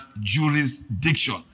jurisdiction